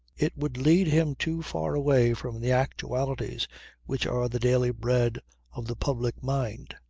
it would lead him too far away from the actualities which are the daily bread of the public mind.